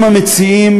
אם המציעים,